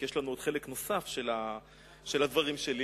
כי יש לנו עוד חלק נוסף של הדברים שלי.